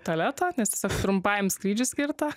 tualeto nes trumpajam skrydžiui skirta